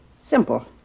Simple